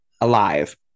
alive